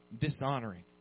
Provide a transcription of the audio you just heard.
dishonoring